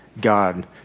God